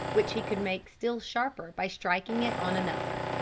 which he could make still sharper by striking it on another.